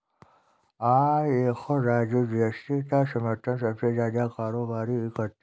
आज देखो राजू जी.एस.टी का समर्थन सबसे ज्यादा कारोबारी ही करते हैं